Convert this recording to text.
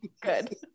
Good